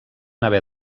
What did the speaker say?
haver